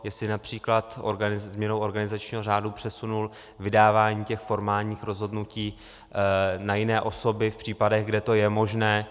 Jestli například změnou organizačního řádu přesunul vydávání těch formálních rozhodnutí na jiné osoby v případech, kde to je možné.